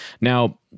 Now